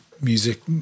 music